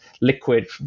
liquid